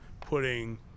putting